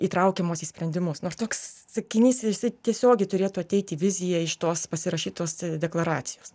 įtraukiamos į sprendimus nors toks sakinys jisai tiesiogiai turėtų ateiti vizija iš tos pasirašytos deklaracijos